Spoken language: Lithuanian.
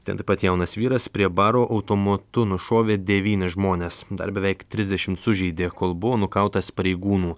ten taip pat jaunas vyras prie baro automatu nušovė devynis žmones dar beveik trisdešimt sužeidė kol buvo nukautas pareigūnų